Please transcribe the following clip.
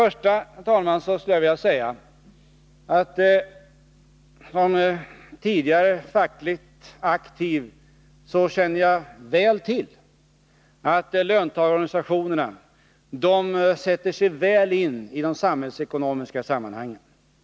Först och främst skulle jag vilja säga att som tidigare fackligt aktiv känner jag väl till att löntagarorganisationerna sätter sig väl in i de samhällsekonomiska sammanhangen.